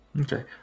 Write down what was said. Okay